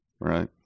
right